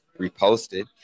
reposted